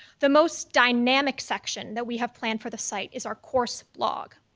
the most dynamic section that we have planned for the site is our course blog.